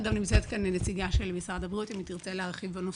וגם נמצאת כאן נציגה של משרד הבריאות אם היא תרצה להרחיב בנושא.